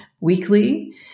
Weekly